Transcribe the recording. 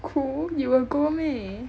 cool you will go meh